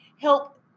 help